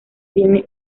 tiene